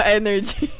energy